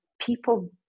people